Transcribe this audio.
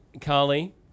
Carly